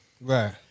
Right